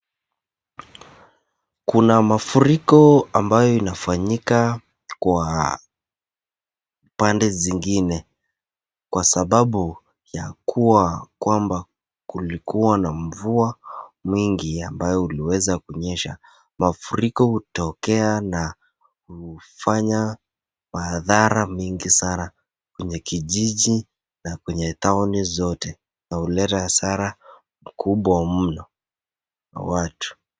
Kuna mafuriko ambayo inafanyika kwa upande zingine kwa sababu ya kuwa kwamba kulikuwa na mvua mwingi ambayo iliweza kunyesha. Mafuriko hutokea na hufanya madhara mingi sana kwenye kijiji na kwenye town zote na huleta hasara mkubwa mno na watu.